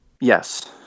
Yes